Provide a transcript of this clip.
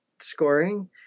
scoring